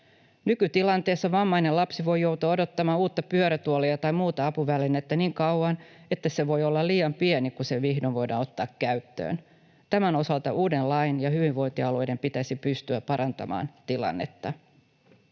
Nykytilanteessa vammainen lapsi voi joutua odottamaan uutta pyörätuolia tai muuta apuvälinettä niin kauan, että se voi olla liian pieni, kun se vihdoin voidaan ottaa käyttöön. Tämän osalta uuden lain ja hyvinvointialueiden pitäisi pystyä parantamaan tilannetta.